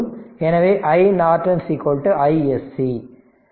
எனவே iNorton iSC